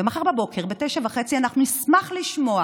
ומחר בבוקר, ב-09:30, אנחנו נשמח לשמוע